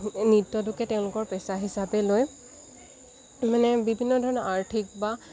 নৃত্যটোকে তেওঁলোকৰ পেচা হিচাপে লৈ মানে বিভিন্ন ধৰণৰ আৰ্থিক বা